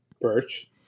Birch